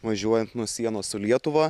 važiuojant nuo sienos su lietuva